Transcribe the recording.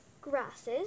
grasses